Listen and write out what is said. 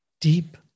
deep